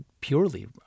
purely